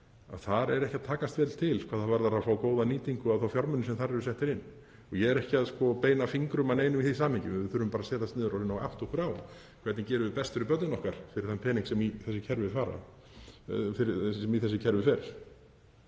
að þar er ekki að takast vel til hvað það varðar að fá góða nýtingu á þeim fjármunum sem þar eru settir inn. Ég er ekki að beina fingrum að neinum í því samhengi, við þurfum bara að setjast niður og reyna að átta okkur á því hvernig við gerum best fyrir börnin okkar fyrir þann pening sem í þessi kerfi fer.